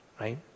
right